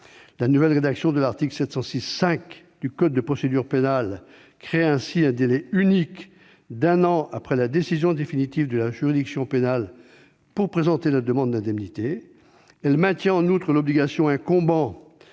La nouvelle rédaction de l'article 706-5 du code de procédure pénale crée ainsi un délai unique d'un an après la décision définitive de la juridiction pénale pour présenter la demande d'indemnité. Elle maintient en outre l'obligation incombant